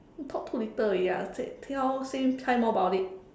you talk too little already ah say tell say tell more about it